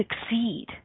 succeed